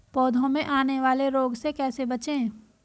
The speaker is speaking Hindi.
पौधों में आने वाले रोग से कैसे बचें?